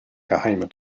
geheime